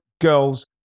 girls